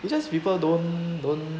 you just people don't don't